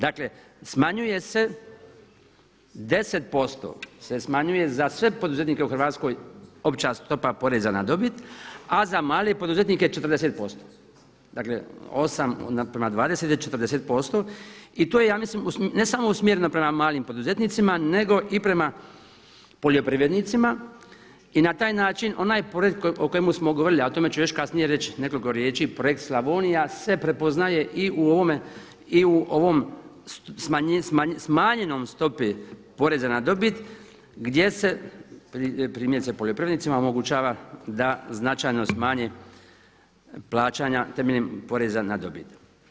Dakle, smanjuje se, 10% se smanjuje za sve poduzetnike u Hrvatskoj opća stopa poreza na dobit, a za male poduzetnike 40%, dakle 8 naprema 20 je 40% i to je ja mislim ne samo usmjereno prema malim poduzetnicima nego o prema poljoprivrednicima i na taj način onaj porez o kojemu smo govorili, a o tome ću još kasnije reći nekoliko riječi, projekt Slavonija se prepoznaje i u ovom smanjenoj stopi poreza na dobit gdje se primjerice poljoprivrednicima omogućava da značajno smanje plaćanja temeljem poreza na dobit.